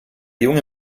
junge